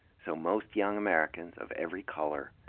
so most young americans, of every color,